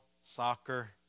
soccer